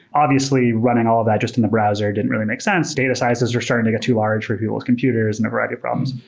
obviously running all of that just in the browser didn't really make sense. data sizes are starting to get too large for people's computers and a variety of problems.